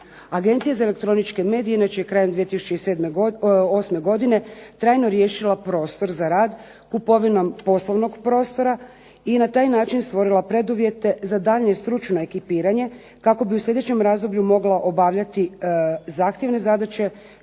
Agencija za elektroničke medije inače krajem 2008. trajno je riješila prostor za rad kupovinom poslovnog prostora i na taj način stvorila preduvjete za daljnje stručno ekipiranje kako bi u sljedećem razdoblju mogla obavljati zahtjevne zadaće